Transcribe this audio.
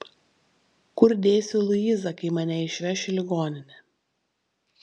kur dėsiu luizą kai mane išveš į ligoninę